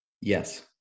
Yes